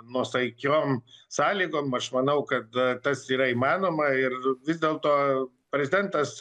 nuosaikiom sąlygom aš manau kad tas yra įmanoma ir vis dėl to prezidentas